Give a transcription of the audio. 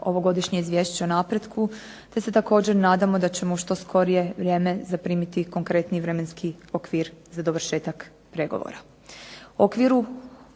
ovogodišnje izvješće o napretku, te se također nadamo da ćemo u što skorije vrijeme zaprimiti konkretni vremenski okvir za dovršetak pregovora. U okviru